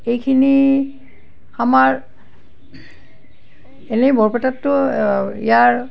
এইখিনি আমাৰ এনেই বৰপেটাত ত' ইয়াৰ